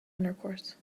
intercourse